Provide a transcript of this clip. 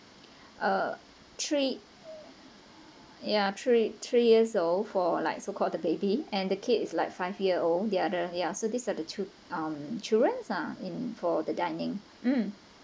uh three ya three three years old for like so called the baby and the kid is like five year old the other ya so these are the two um children ah in for the dining mm